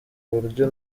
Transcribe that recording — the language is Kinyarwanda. buryo